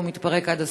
הוא מתפרק עד הסוף.